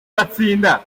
batsinda